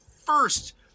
first